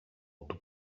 του